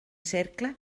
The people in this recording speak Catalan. cercle